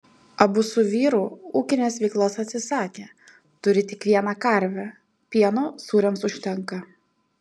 abu su vyru ūkinės veiklos atsisakė turi tik vieną karvę pieno sūriams užtenka